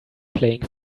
playing